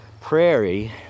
prairie